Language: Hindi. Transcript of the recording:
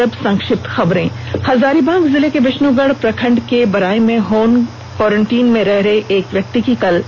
और अब संक्षिप्त खबरें हजारीबाग जिला के विष्णुगढ़ प्रखंड के बराय में होम क्वारेन्टीन में रह रहे एक व्यक्ति की कल मौत हो गई